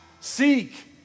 seek